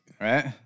Right